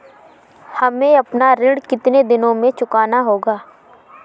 हमें अपना ऋण कितनी दिनों में चुकाना होगा?